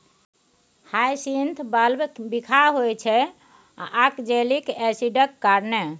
hyacinth bulb बिखाह होइ छै आक्जेलिक एसिडक कारणेँ